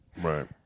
Right